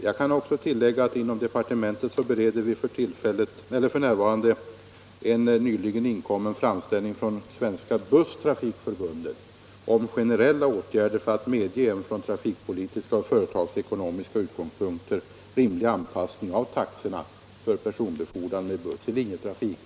Jag kan även tillägga att vi inom departementet f. n. bereder en nyligen inkommen framställning från Svenska busstrafikförbundet om generella åtgärder för att medge en från trafikpolitiska och företagsekonomiska utgångspunkter rimlig anpassning av taxorna för personbefordran med buss i linjetrafik.